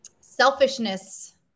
Selfishness